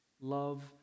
love